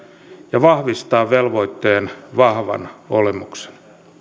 ja vahvistaa velvoitteen vahvan olemuksen